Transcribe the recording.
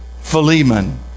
Philemon